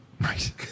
Right